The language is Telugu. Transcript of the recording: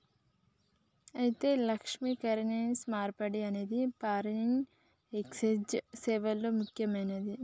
అయితే లక్ష్మి, కరెన్సీ మార్పిడి అనేది ఫారిన్ ఎక్సెంజ్ సేవల్లో ముక్యమైనది